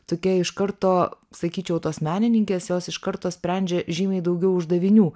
tokia iš karto sakyčiau tos menininkės jos iš karto sprendžia žymiai daugiau uždavinių